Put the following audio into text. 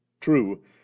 True